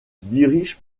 dirige